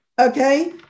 okay